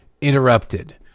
Interrupted